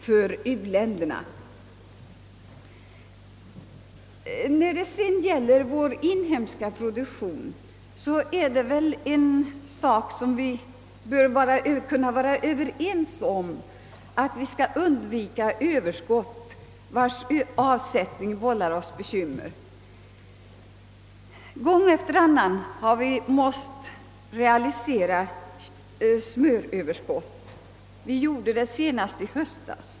Beträffande vår inhemska produktion kan vi väl vara överens om att vi bör undvika överskott vilkas avsättning vållar oss bekymmer. Gång efter annan har vi måst realisera smöröverskott — vi gjorde det senast i höstas.